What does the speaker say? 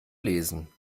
lesen